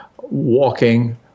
walking